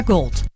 Gold